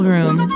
Room